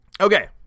Okay